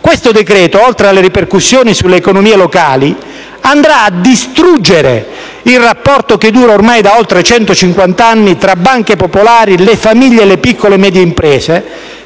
Questo decreto-legge, oltre alle ripercussioni sulle economie locali, andrà a distruggere il rapporto che dura ormai da oltre 150 anni tra banche popolari, famiglie e piccole e medie imprese,